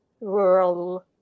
rural